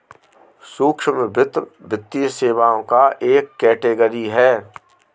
सूक्ष्म वित्त, वित्तीय सेवाओं का एक कैटेगरी है